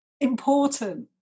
important